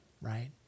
right